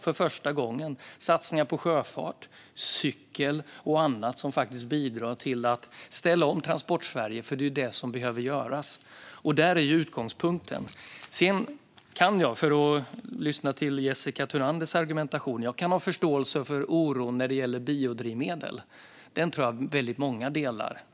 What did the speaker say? För första gången kom också satsningar på sjöfart, cykel och annat som bidrar till att ställa om Transportsverige. Det är ju det som behöver göras. Det är utgångspunkten. Jag kan, med tanke på Jessica Thunanders argumentation, ha förståelse för oron när det gäller biodrivmedel. Det tror jag att många har.